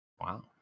Wow